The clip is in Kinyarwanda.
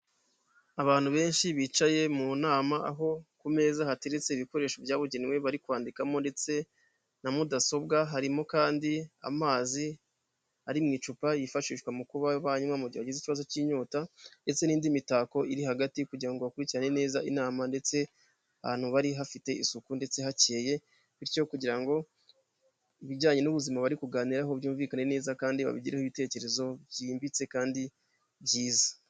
Abantu benshi bicaye mu nama aho ku meza hateretse ibikoresho byabugenewe bari kwandikamo ndetse na mudasobwa harimo kandi amazi ari mu icupa yifashishwa mu kuba banywa mu gihe bagize ikibazo k'inyota, ndetse n'indi mitako iri hagati kugira ngo bakurikirane neza inama ndetse ahantu bari hafite isuku ndetse hakeye, bityo kugira ngo ibijyanye n'ubuzima bari kuganiho byumvikane neza kandi babigireho ibitekerezo byimbitse kandi byiza.